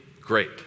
great